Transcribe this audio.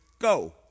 go